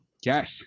Yes